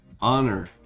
honor